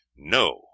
no